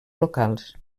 locals